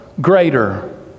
greater